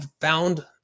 found